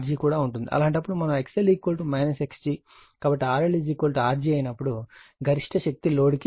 అలాంటప్పుడు మనం XL X g కాబట్టి RL Rg అయినప్పుడు గరిష్ట శక్తి లోడ్కి పంపబడుతుంది